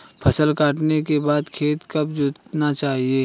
फसल काटने के बाद खेत कब जोतना चाहिये?